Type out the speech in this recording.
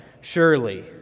surely